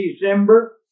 December